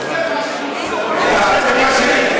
הקשבתי, אבל, זה הסכום שהקצינו, וזה מה שניצלו.